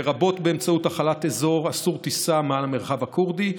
לרבות באמצעות החלת אזור אסור לטיסה מעל המרחב הכורדי.